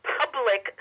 public